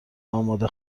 آماده